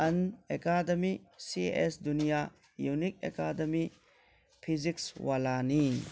ꯑꯟ ꯑꯦꯀꯥꯗꯃꯤ ꯁꯤ ꯑꯦꯁ ꯗꯨꯅꯤꯌꯥ ꯌꯨꯅꯤꯛ ꯑꯦꯀꯥꯗꯃꯤ ꯐꯤꯖꯤꯛꯁ ꯋꯥꯂꯥꯅꯤ